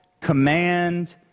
command